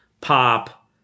pop